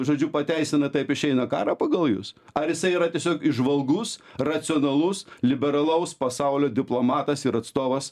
žodžiu pateisina taip išeina karą pagal jus ar jisai yra tiesiog įžvalgus racionalus liberalaus pasaulio diplomatas ir atstovas